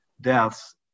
deaths